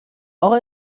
اقا